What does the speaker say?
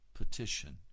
petition